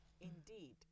indeed